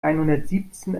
einhundertsiebzehn